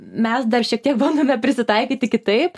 mes dar šiek tiek bandome prisitaikyti kitaip